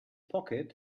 pocket